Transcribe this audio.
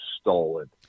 stolen